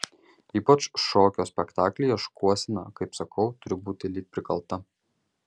ypač šokio spektaklyje šukuosena kaip sakau turi būti lyg prikalta